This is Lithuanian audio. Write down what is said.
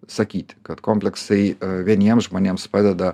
sakyt kad kompleksai vieniems žmonėms padeda